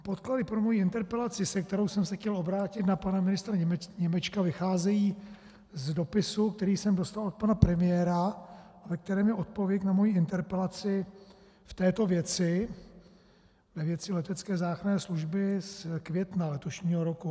Podklady pro mou interpelaci, se kterou jsem se chtěl obrátit na pana ministra Němečka, vycházejí z dopisu, který jsem dostal od pana premiéra, ve kterém je odpověď na moji interpelaci v této věci, ve věci letecké záchranné služby, z května letošního roku.